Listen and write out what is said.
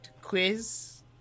quiz